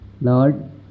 Lord